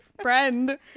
friend